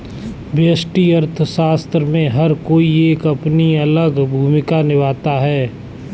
व्यष्टि अर्थशास्त्र में हर कोई एक अपनी अलग भूमिका निभाता है